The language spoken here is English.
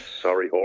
Sorry